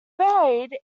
buried